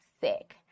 sick